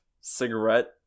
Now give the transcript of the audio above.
cigarette